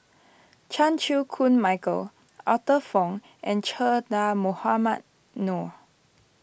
Chan Chew Koon Michael Arthur Fong and Che Dah Mohamed Noor